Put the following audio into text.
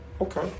Okay